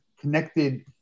connected